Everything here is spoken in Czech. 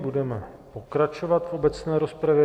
Budeme pokračovat v obecné rozpravě.